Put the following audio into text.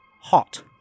hot